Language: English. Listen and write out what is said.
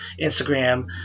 Instagram